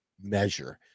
measure